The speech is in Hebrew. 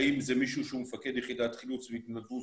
האם זה מישהו שהוא מפקד יחידת חילוץ והתנדבות,